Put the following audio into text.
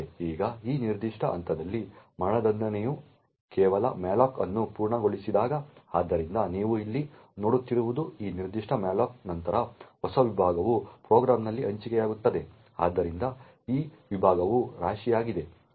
ಈಗ ಈ ನಿರ್ದಿಷ್ಟ ಹಂತದಲ್ಲಿ ಮರಣದಂಡನೆಯು ಕೇವಲ malloc ಅನ್ನು ಪೂರ್ಣಗೊಳಿಸಿದಾಗ ಆದ್ದರಿಂದ ನೀವು ಇಲ್ಲಿ ನೋಡುತ್ತಿರುವುದು ಈ ನಿರ್ದಿಷ್ಟ malloc ನಂತರ ಹೊಸ ವಿಭಾಗವು ಪ್ರೋಗ್ರಾಂನಲ್ಲಿ ಹಂಚಿಕೆಯಾಗುತ್ತದೆ ಆದ್ದರಿಂದ ಈ ವಿಭಾಗವು ರಾಶಿಯಾಗಿದೆ